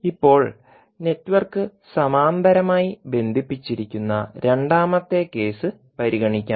ഇപ്പോൾ നെറ്റ്വർക്ക് സമാന്തരമായി ബന്ധിപ്പിച്ചിരിക്കുന്ന രണ്ടാമത്തെ കേസ് പരിഗണിക്കാം